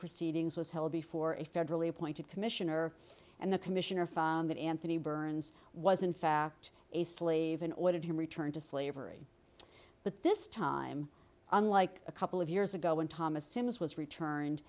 proceedings was held before a federally appointed commissioner and the commissioner found that anthony burns was in fact a slave in order to return to slavery but this time unlike a couple of years ago when thomas simmons was returned